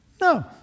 No